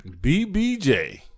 BBJ